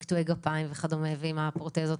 קטועי רגליים וכדו' ועם הפרוטזות.